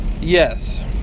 Yes